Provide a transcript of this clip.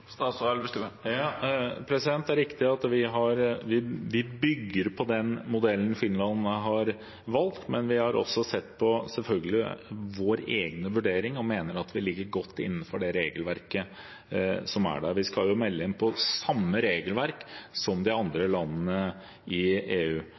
Det er riktig at vi bygger på den modellen Finland har valgt, men vi har selvfølgelig også sett på vår egen vurdering, og vi mener at vi ligger godt innenfor det regelverket som er der. Vi skal jo melde inn innenfor samme regelverk som de